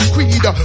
Creed